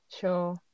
Sure